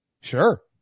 Sure